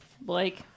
Blake